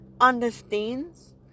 understands